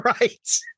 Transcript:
right